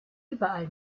überall